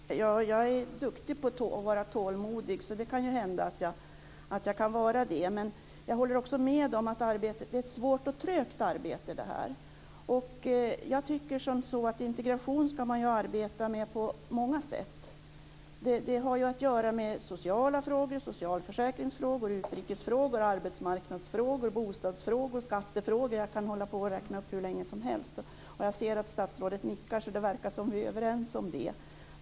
Herr talman! Ja, jag är duktig på att vara tålmodig, så det kan hända att jag kan vara det. Jag håller också med om att det är ett svårt och trögt arbete. Jag tycker att man ska arbeta med integration på många sätt. Det har ju att göra med sociala frågor, socialförsäkringsfrågor, utrikesfrågor, arbetsmarknadsfrågor, bostadsfrågor, skattefrågor, osv. Jag skulle kunna fortsätta med denna uppräkning hur länge som helst. Jag ser att statsrådet nickar, så det verkar som om vi är överens om det.